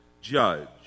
judge